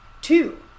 two